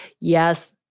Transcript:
yes